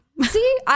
See